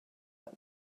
that